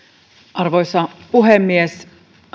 arvoisa puhemies